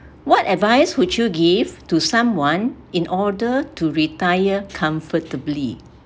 what advice would you give to someone in order to retire comfortably